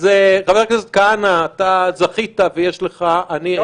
אז, חבר הכנסת כהנא, זכית ויש לך, לי אין.